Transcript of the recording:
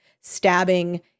stabbing